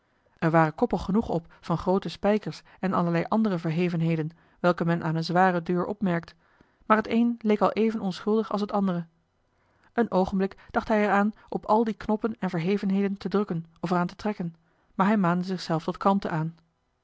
er waren koppen genoeg op van groote spijkers en allerlei andere verhevenheden welke men aan een zware deur opmerkt maar het een leek al even onschuldig als het andere een oogenblik dacht hij er aan op al die knoppen en verhevenheden te drukken of er aan te trekken maar hij maande zichzelf tot kalmte aan